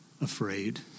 afraid